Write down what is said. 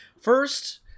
First